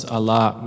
Allah